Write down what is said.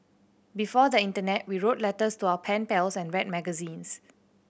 before the internet we wrote letters to our pen pals and read magazines